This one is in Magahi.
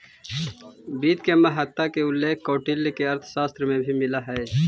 वित्त के महत्ता के उल्लेख कौटिल्य के अर्थशास्त्र में भी मिलऽ हइ